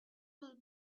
will